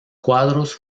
cuadros